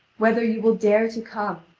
whether you will dare to come,